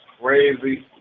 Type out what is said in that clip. crazy